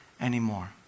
anymore